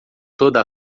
toda